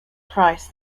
christ